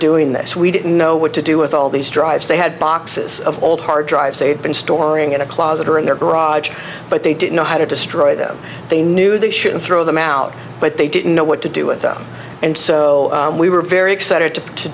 doing this we didn't know what to do with all these drives they had boxes of old hard drive say had been storing in a closet or in their garage but they didn't know how to destroy them they knew they shouldn't throw them out but they didn't know what to do with them and so we were very excited to